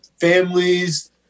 families